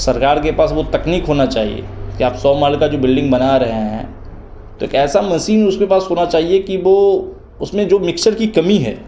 सरकार के पास वो तकनीक होना चाहिए कि आप सौ माले तक की बिल्डिंग बना रहे हैं तो एक ऐसा मसीन उसके पास होना चाहिए कि वो उसमें जो मिक्सर की कमी है